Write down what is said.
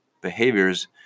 behaviors